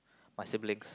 my siblings